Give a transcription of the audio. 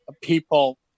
people